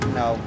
no